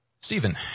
Stephen